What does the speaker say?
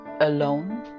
alone